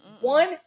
One